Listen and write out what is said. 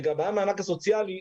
לגבי המענק הסוציאלי,